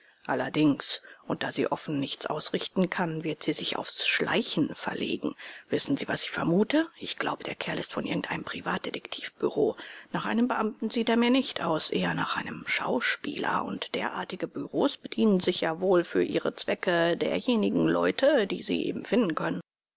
allerdings und da sie offen nichts ausrichten kann wird sie sich aufs schleichen verlegen wissen sie was ich vermute ich glaube der kerl ist von irgendeinem privatdetektiv büro nach einem beamten sieht er mir nicht aus eher nach einem schauspieler und derartige büros bedienen sich ja wohl für ihre zwecke derjenigen leute die sie eben finden können